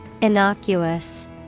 Innocuous